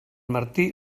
martí